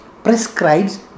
prescribes